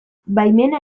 baimena